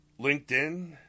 LinkedIn